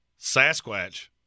sasquatch